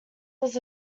was